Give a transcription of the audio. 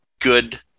good